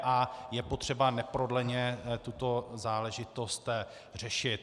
A je potřeba neprodleně tuto záležitost řešit.